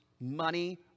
money